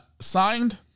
signed